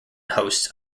host